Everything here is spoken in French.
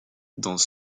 dans